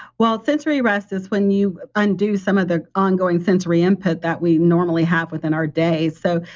well, sensory rest is when you undo some of the ongoing sensory input that we normally have within our day. so,